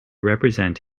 represent